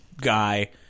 guy